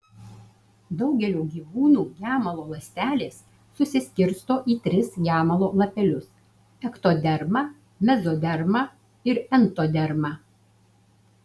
daugelio gyvūnų gemalo ląstelės susiskirsto į tris gemalo lapelius ektodermą mezodermą ir entodermą